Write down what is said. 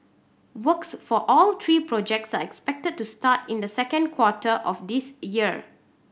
works for all three projects are expected to start in the second quarter of this year